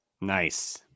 nice